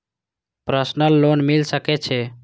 Personal loan मिल सके छे?